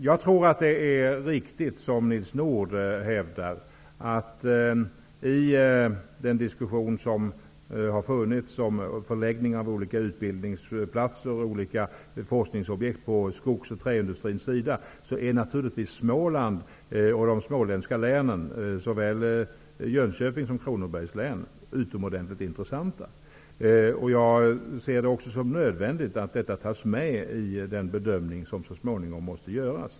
Jag tror att det är riktigt, som Nils Nordh hävdar, nämligen att Småland och de småländska länen -- såväl Jönköpings som Kronobergs län -- är utomordentligt intressanta i den diskussion som har förts om förläggning av olika utbildningsplatser och olika forskningsobjekt på skogs och träindustrins sida. Jag ser det också som nödvändigt att detta tas med i den bedömning som så småningom måste göras.